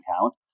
account